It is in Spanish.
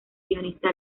guionista